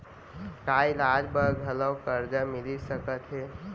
का इलाज बर घलव करजा मिलिस सकत हे?